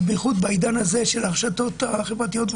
ובמיוחד בעידן הזה של הרשתות החברתיות,